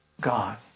God